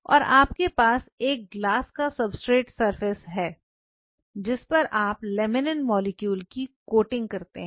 और आपके पास एक ग्लास का सबस्ट्रेट सरफेस है जिस पर आप लैमिनिन मॉलिक्यूल की कोटिंग करते हैं